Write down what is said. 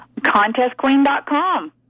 Contestqueen.com